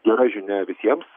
gera žinia visiems